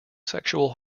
sexual